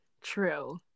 true